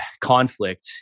conflict